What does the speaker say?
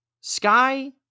Sky